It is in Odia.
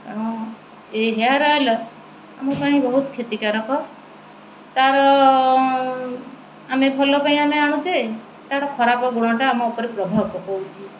ଏ ହେୟାର୍ ଅଏଲ୍ ଆମ ପାଇଁ ବହୁତ କ୍ଷତିକାରକ ତାର ଆମେ ଭଲ ପାଇଁ ଆମେ ଆଣୁଛେ ତାର ଖରାପ ଗୁଣଟା ଆମ ଉପରେ ପ୍ରଭାବ ପକାଉଛି